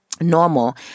normal